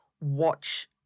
Watch